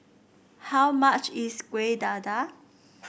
how much is Kueh Dadar